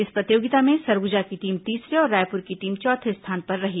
इस प्रतियोगिता में सरगुजा की टीम तीसरे और रायपुर की टीम चौथे स्थान पर रही